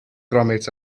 gromit